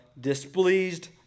displeased